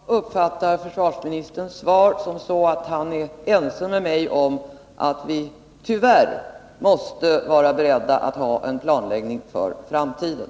Herr talman! Jag uppfattar försvarsministerns svar så, att han är överens med mig om att vi tyvärr måste vara beredda på att ha en planläggning för framtiden.